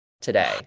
today